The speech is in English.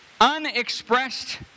Unexpressed